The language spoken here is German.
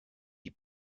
die